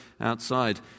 outside